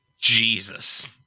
Jesus